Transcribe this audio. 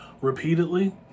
repeatedly